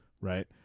Right